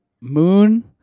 moon